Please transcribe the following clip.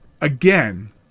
again